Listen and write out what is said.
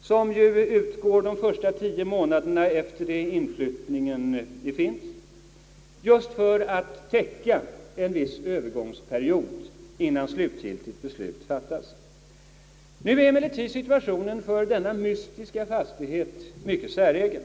och som utgår de första tio månaderna efter det inflyttning har skett just för att täcka en viss övergångsperiod innan slutgiltigt beslut fattats. Nu är emellertid situationen för denna mystiska fastighet mycket säregen.